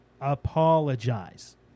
apologize